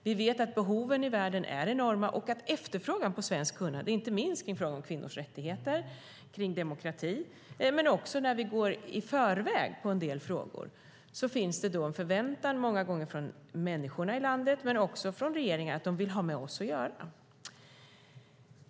Vi vet att behoven i världen är enorma och att det finns stor efterfrågan på svenskt kunnande, inte minst när det gäller kvinnors rättigheter och demokrati, och att vi går i förväg i en del frågor. Då finns det ofta en förväntan från människor i landet och från regeringar: Man vill ha med oss att göra.